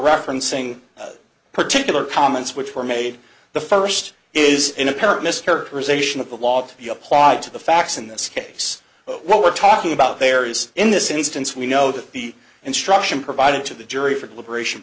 referencing particular comments which were made the first is an apparent mischaracterization of the law to be applied to the facts in this case what we're talking about there is in this instance we know that the instruction provided to the jury for deliberation